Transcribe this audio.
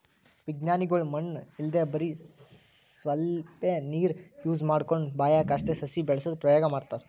ವಿಜ್ಞಾನಿಗೊಳ್ ಮಣ್ಣ್ ಇಲ್ದೆ ಬರಿ ಸ್ವಲ್ಪೇ ನೀರ್ ಯೂಸ್ ಮಾಡ್ಕೊಂಡು ಬಾಹ್ಯಾಕಾಶ್ದಾಗ್ ಸಸಿ ಬೆಳಸದು ಪ್ರಯೋಗ್ ಮಾಡ್ತಾರಾ